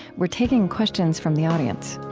we're taking questions from the audience